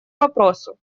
вопросу